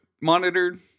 monitored